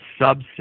subset